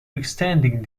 extending